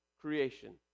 creation